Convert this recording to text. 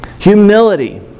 Humility